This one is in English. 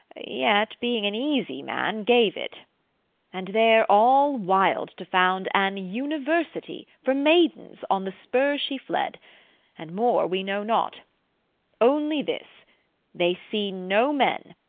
yet being an easy man, gave it and there, all wild to found an university for maidens, on the spur she fled and more we know not only this they see no men,